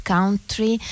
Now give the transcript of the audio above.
Country